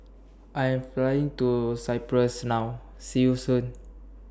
I Am Flying to Cyprus now See YOU Soon